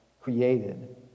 created